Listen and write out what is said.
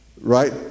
Right